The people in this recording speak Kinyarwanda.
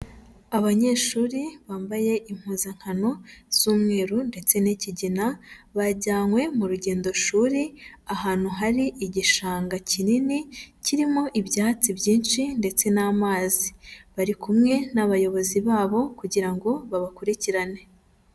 Abanyeshuri bambaye impuzankano z'umweru ndetse n'ikigina bajyanywe mu rugendoshuri, ahantu hari igishanga kinini, kirimo ibyatsi byinshi ndetse n'amazi. Bari kumwe n'abayobozi babo kugira ngo babakurikirane.